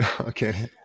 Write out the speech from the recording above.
Okay